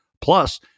plus